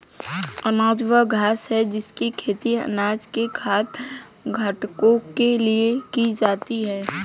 अनाज वह घास है जिसकी खेती अनाज के खाद्य घटकों के लिए की जाती है